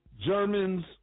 Germans